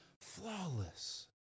flawless